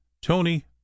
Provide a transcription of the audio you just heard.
tony